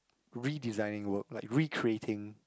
redesigning work like recreating